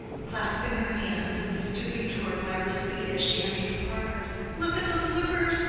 clasping her hands and stooping toward mirah's feet, as she entered the parlor look at the slippers,